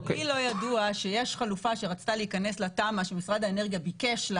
לי לא ידוע שיש חלופה שרצתה להיכנס לתמ"א שמשרד האנרגיה ביקש.